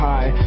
High